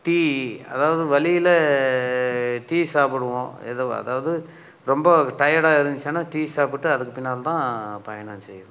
tea அதாவது வழில tea சாப்பிடுவோம் எது அதாவது ரொம்ப டையடாக இருந்துச்சின்னால் டீ சாப்பிட்டு அதுக்கு பின்னால தான் பயணம் செய்வேன்